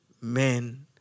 men